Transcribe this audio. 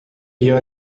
via